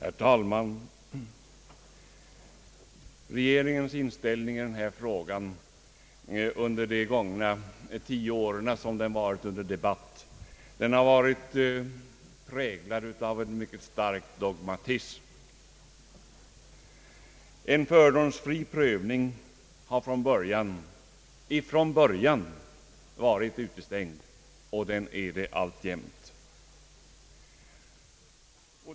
Herr talman! Regeringens inställning i denna fråga har under de tio år den varit under debatt präglats av en mycket stark dogmatism. En fördomsfri prövning har från början varit utestängd och är det alltjämt.